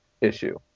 issue